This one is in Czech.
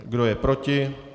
Kdo je proti?